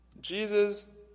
Jesus